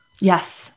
Yes